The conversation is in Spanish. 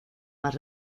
más